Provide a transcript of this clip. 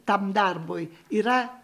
tam darbui yra